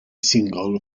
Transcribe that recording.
single